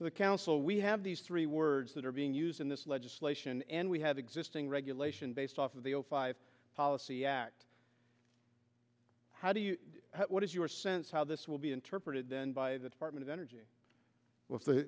the counsel we have these three words that are being used in this legislation and we have existing regulation based off of the zero five policy act how do you what is your sense how this will be interpreted then by the department of energy with the